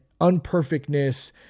unperfectness